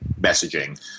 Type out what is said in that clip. messaging